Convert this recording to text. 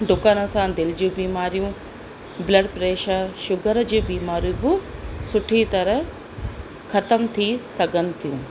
डुकण सां दिलि जी बिमारियूं ब्लड प्रेशर शुगर जी बिमारियूं बि सुठी तरह ख़तमु थी सघनि थियूं